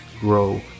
grow